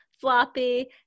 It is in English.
floppy